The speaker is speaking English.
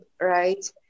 Right